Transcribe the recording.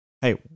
hey